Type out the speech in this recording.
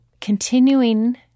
continuing